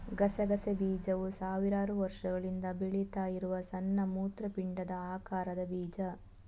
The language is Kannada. ಗಸಗಸೆ ಬೀಜವು ಸಾವಿರಾರು ವರ್ಷಗಳಿಂದ ಬೆಳೀತಾ ಇರುವ ಸಣ್ಣ ಮೂತ್ರಪಿಂಡದ ಆಕಾರದ ಬೀಜ